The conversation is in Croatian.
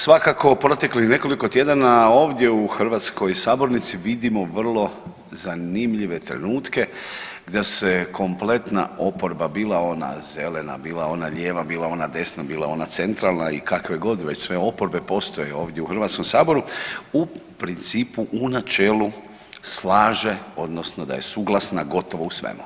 Svakako proteklih nekoliko tjedana ovdje u hrvatskoj sabornici vidimo vrlo zanimljive trenutke da se kompletna oporba bila ona zelena, bila ona lijeva, bila ona desna, bila ona centralna i kakve god već sve oporbe postoje ovdje u HS u principu u načelu slaže odnosno da je suglasna gotovo u svemu.